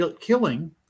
killing